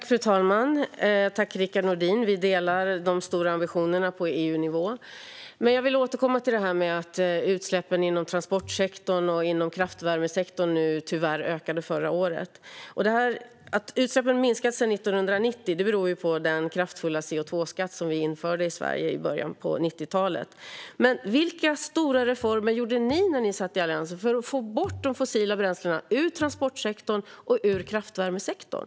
Fru talman! Rickard Nordin och jag delar de stora ambitionerna på EU-nivå. Jag vill dock återkomma till detta med att utsläppen inom transportsektorn och inom kraftvärmesektorn tyvärr ökade förra året. Att utsläppen har minskat sedan 1990 beror ju på den kraftfulla CO2-skatt som vi införde i Sverige i början av 90-talet. Vilka stora reformer gjorde ni när ni satt i alliansregeringen, Rickard Nordin, för att få bort de fossila bränslena ur transportsektorn och ur kraftvärmesektorn?